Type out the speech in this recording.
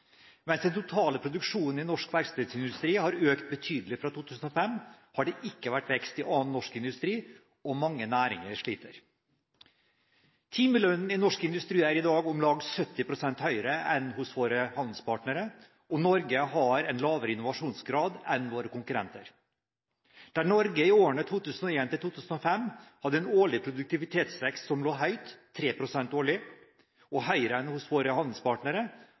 Mens den totale produksjonen i norsk verkstedindustri har økt betydelig fra 2005, har det ikke vært vekst i annen norsk industri, og mange næringer sliter. Timelønnen i norsk industri er i dag om lag 70 pst. høyere enn hos våre handelspartnere, og Norge har en lavere innovasjonsgrad enn våre konkurrenter. Der Norge i årene 2001 – 2005 hadde en årlig produktivitetsvekst som lå høyt, 3 pst. årlig, og høyere enn hos våre handelspartnere,